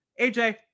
AJ